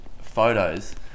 photos